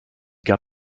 got